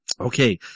Okay